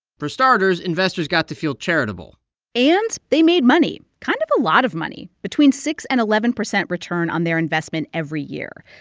for starters, investors got to feel charitable and they made money kind of a lot of money between six and eleven eleven percent return on their investment every year.